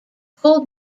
coal